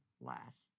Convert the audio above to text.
last